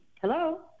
Hello